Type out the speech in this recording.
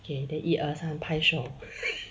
okay then 一二三拍手